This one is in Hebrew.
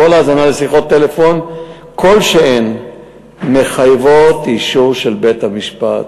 כל האזנה לשיחות טלפון כלשהן מחייבת אישור של בית-משפט.